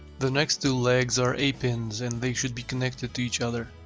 the next two legs are a pins and they should be connected to each other.